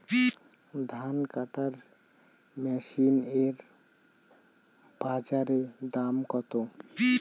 ধান কাটার মেশিন এর বাজারে দাম কতো?